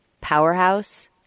powerhouse